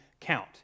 count